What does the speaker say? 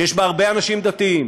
שיש בה הרבה אנשים דתיים,